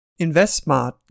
InvestSmart